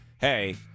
hey